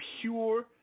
pure